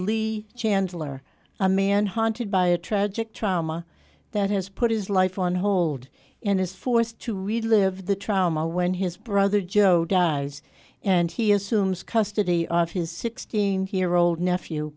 leigh chandler a man haunted by a tragic trauma that has put his life on hold and is forced to relive the trauma when his brother joe dies and he assumes custody of his sixteen year old nephew